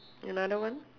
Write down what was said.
another one